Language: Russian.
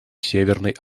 северной